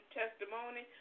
testimony